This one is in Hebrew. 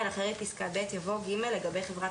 אחרי פסקה (ב) יבוא: "(ג)לגבי חברת